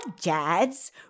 dads